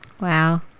Wow